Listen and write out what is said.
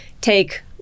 take